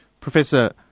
Professor